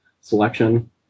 selection